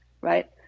right